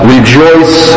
Rejoice